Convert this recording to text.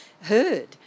heard